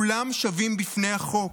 כולם שווים בפני החוק.